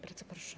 Bardzo proszę.